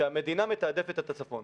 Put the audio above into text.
שהמדינה מתעדפת את הצפון.